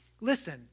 Listen